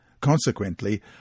Consequently